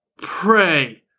pray